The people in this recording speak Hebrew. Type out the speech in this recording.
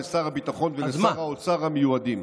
לשר הביטחון ולשר האוצר המיועדים,